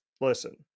listen